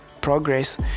progress